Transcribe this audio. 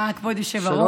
אפשר 30 דקות ועוד עשר דקות